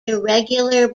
irregular